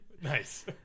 Nice